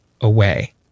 away